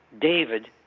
David